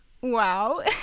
wow